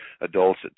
adults